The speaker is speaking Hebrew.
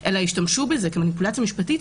אלא ישתמשו בזה כמניפולציה משפטית,